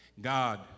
God